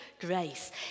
grace